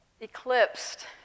eclipsed